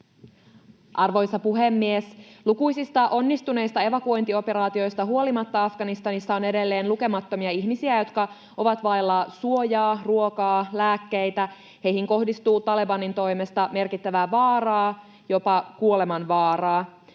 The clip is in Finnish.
Arvoisa puhemies! Lukuisista onnistuneista evakuointioperaatioista huolimatta Afganistanissa on edelleen lukemattomia ihmisiä, jotka ovat vailla suojaa, ruokaa ja lääkkeitä, ja heihin kohdistuu Talebanin toimesta merkittävää vaaraa, jopa kuolemanvaaraa.